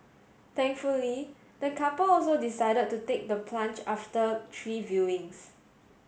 thankfully the couple also decided to take the plunge after three viewings